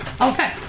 Okay